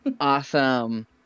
Awesome